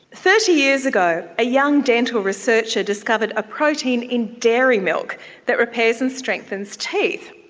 thirty years ago a young dental researcher discovered a protein in dairy milk that repairs and strengthens teeth.